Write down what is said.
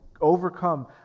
overcome